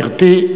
גברתי.